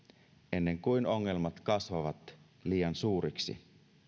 ennen kuin ongelmat kasvavat liian suuriksi